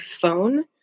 phone